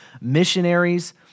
missionaries